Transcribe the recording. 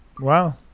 Wow